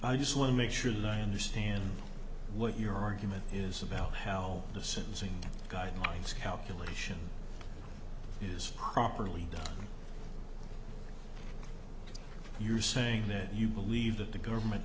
i just want to make sure that i understand what your argument is about how the sentencing guidelines calculation is properly you're saying that you believe that the government